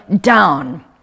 down